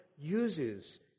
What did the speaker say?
uses